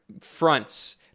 fronts